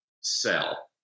sell